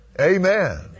Amen